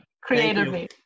Creatively